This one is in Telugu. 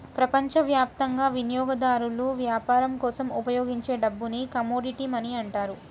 ప్రపంచవ్యాప్తంగా వినియోగదారులు వ్యాపారం కోసం ఉపయోగించే డబ్బుని కమోడిటీ మనీ అంటారు